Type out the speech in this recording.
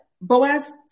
Boaz